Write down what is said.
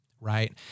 right